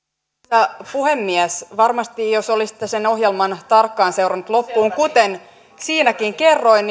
arvoisa puhemies varmasti jos olisitte sen ohjelman tarkkaan seurannut loppuun siinäkin kerroin